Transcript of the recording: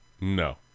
No